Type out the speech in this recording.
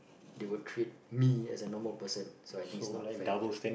they would treat me as a normal person so I think it's not fair because